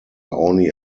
only